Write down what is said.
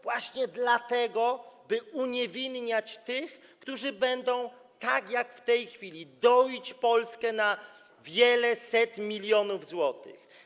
Właśnie dlatego, by uniewinniać tych, którzy będą, tak jak w tej chwili, doić Polskę na wieleset milionów złotych.